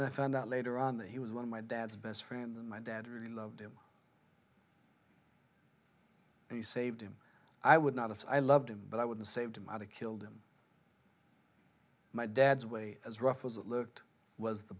smart i found out later on that he was one of my dad's best friend and my dad really loved him and he saved him i would not as i loved him but i wouldn't save him out of killed him my dad's way as rough as it looked was the